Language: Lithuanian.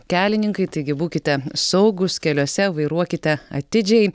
kelininkai taigi būkite saugūs keliuose vairuokite atidžiai